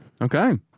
okay